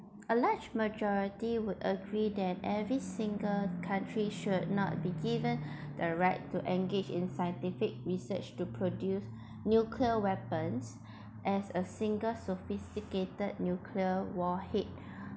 a large majority would agreed that every single country should not be given the right to engage in scientific research to produce nuclear weapons as a single sophisticated nuclear warhead